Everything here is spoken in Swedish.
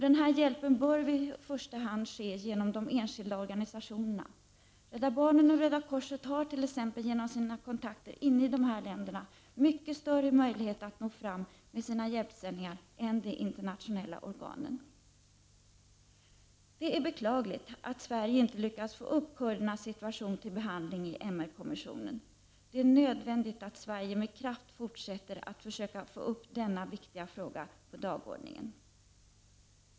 Denna hjälp bör i första hand ske genom de enskilda organisationerna. Rädda barnen och Röda korset har t.ex. genom sina kontakter inne i dessa länder mycket större möjligheter att nå fram med sina hjälpsändningar än de internationella organen. Det är beklagligt att Sverige inte lyckades att få upp kurdernas situation till behandling i MR-kommissionen. Det är nödvändigt att Sverige med kraft fortsätter att försöka få upp denna viktiga fråga på dagordningen.